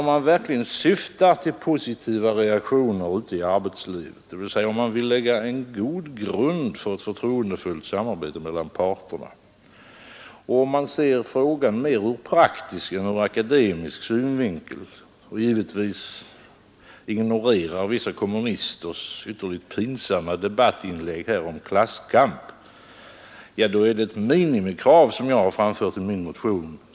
Om man verkligen syftar till positiva reaktioner ute i arbetslivet, dvs. om man vill lägga en god grund för ett förtroendefullt samarbete mellan parterna och om man ser frågan mer ur praktisk än ur akademisk synvinkel — och givetvis ignorerar vissa kommunisters ytterligt pinsamma debattinlägg om klasskamp — är det ett minimikrav som jag framfört i min motion.